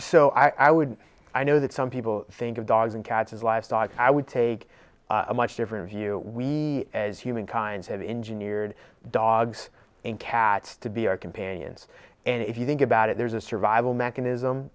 so i would i know that some people think of dogs and cats as livestock i would take a much different view we as human kinds have engineered dogs and cats to be our companions and if you think about it there's a survival mechanism